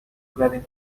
grabbing